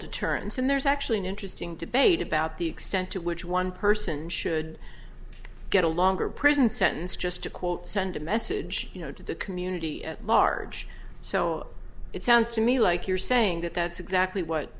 deterrence and there's actually an interesting debate about the extent to which one person should get a longer prison sentence just to quote send a message you know to the community at large so it sounds to me like you're saying that that's exactly what